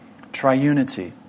Triunity